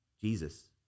Jesus